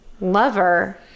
lover